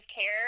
care